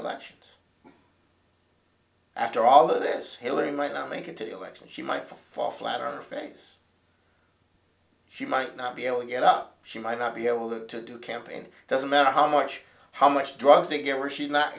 elections after all of this hillary might not make it to election she might fall flat on her face she might not be able to get up she might not be able to do campaign doesn't matter how much how much drugs they get her she's not